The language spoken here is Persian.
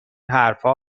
حرفها